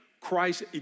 Christ